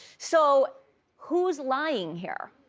so who's lying here?